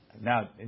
Now